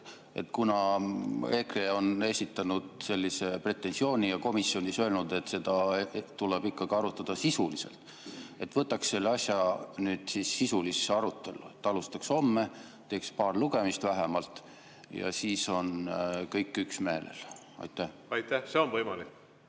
Kuna EKRE on esitanud sellise pretensiooni ja komisjonis öelnud, et seda tuleb ikkagi arutada sisuliselt, siis võtaks selle asja sisulisse arutellu, alustaks homme, teeks paar lugemist vähemalt ja siis on kõik üksmeelel. Aitäh! See on võimalik.